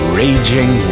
raging